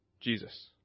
Jesus